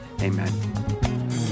Amen